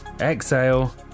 Exhale